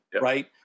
Right